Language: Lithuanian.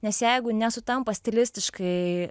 nes jeigu nesutampa stilistiškai